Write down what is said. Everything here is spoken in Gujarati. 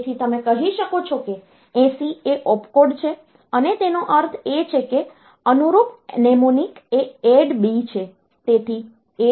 તેથી તમે કહી શકો છો કે 80 એ ઓપકોડ છે અને તેનો અર્થ એ છે કે અનુરૂપ નેમોનિક એ ADD B છે